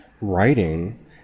writing